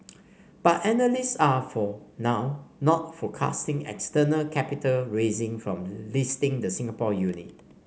but analysts are for now not forecasting external capital raising from listing the Singapore unit